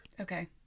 Okay